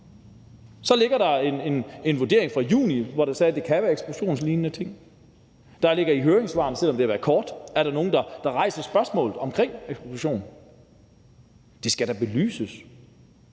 Der ligger en vurdering fra juni, hvor der så står, at det kan være ekspropriationslignende ting. I høringssvarene – selv om det har været kort – er der nogle, der rejser spørgsmålet omkring ekspropriation. Det skal da belyses.